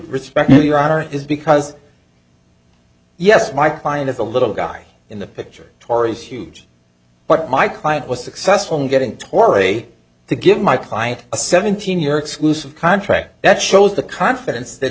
respect your honor is because yes my client is the little guy in the picture or is huge but my client was successful in getting tory to give my client a seventeen year exclusive contract that shows the confidence that